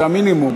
זה המינימום.